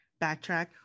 backtrack